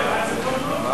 זה טוב, אייכלר, זה טוב מאוד.